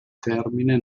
termine